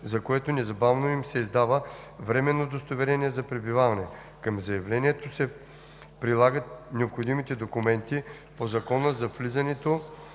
за което незабавно им се издава временно удостоверение за пребиваване. Към заявлението се прилагат необходимите документи по Закона за влизането,